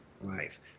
life